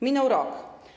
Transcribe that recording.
Minął rok.